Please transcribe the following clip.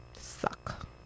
Suck